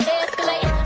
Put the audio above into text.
escalate